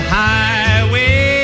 highway